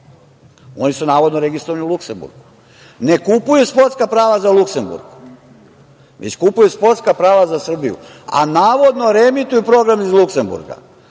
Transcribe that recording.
Oni su navodno registrovani u Luksemburgu. Ne kupuje sportska prava za Luksemburg, već kupuje sportska prava za Srbiju, a navodno reemituje program iz Luksemburga.